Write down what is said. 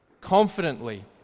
confidently